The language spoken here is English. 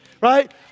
right